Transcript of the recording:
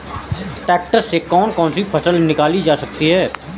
Tractor से कौन कौनसी फसल निकाली जा सकती हैं?